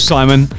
Simon